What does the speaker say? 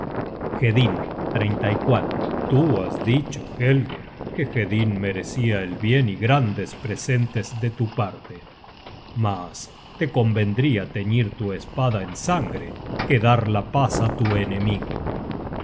pueda suceder hedinn tú has dicho helge que hedinn merecia el bien y grandes presentes de tu parte mas te convendria teñir tu espada en sangre que dar la paz á tu enemigo